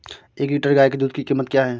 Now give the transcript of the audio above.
एक लीटर गाय के दूध की कीमत क्या है?